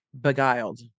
beguiled